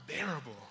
unbearable